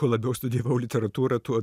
kuo labiau studijavau literatūrą tuo